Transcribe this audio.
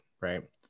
Right